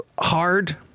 hard